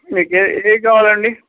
మీకుే ఏద కావాలండి